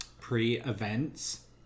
pre-events